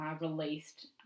released